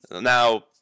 Now